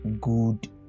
good